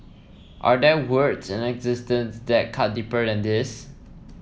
are there words in existence that cut deeper than these